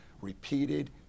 repeated